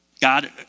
God